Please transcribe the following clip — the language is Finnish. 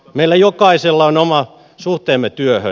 meillä jokaisella on oma suhteemme työhön